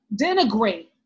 denigrate